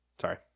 Sorry